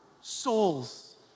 souls